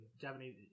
Japanese